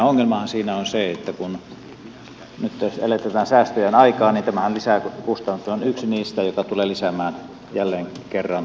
ainoa ongelmahan siinä on se että nyt jos eletään tätä säästöjen aikaa niin tämähän on yksi niistä joka tulee lisäämään jälleen kerran kustannuksia